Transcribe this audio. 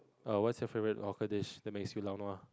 oh what's your favourite hawker dish that makes you laonua